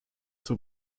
zur